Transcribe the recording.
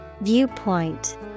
Viewpoint